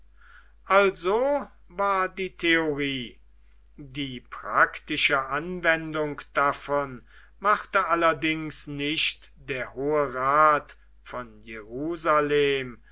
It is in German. also war die theorie die praktische anwendung davon machte allerdings nicht der hohe rat von jerusalem